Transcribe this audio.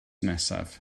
nesaf